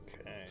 Okay